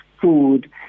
food